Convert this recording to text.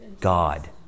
God